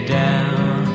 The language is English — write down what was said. down